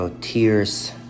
tears